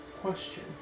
Question